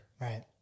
Right